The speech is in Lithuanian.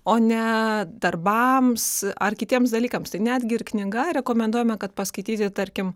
o ne darbams ar kitiems dalykams tai netgi ir knyga rekomenduojame kad paskaityti tarkim